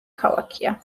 ქალაქია